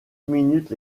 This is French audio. minutes